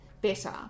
Better